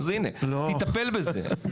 אז הנה, תטפל בזה.